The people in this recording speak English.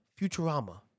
Futurama